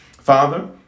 Father